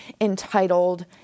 entitled